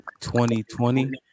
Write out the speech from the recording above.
2020